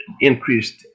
increased